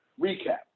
recap